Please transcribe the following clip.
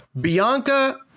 Bianca